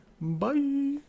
Bye